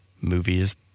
movies